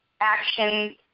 action